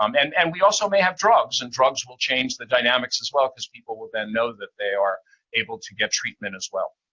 um and and we also may have drugs, and drugs will change the dynamics as well, because people will then know that they are able to get treatment as well.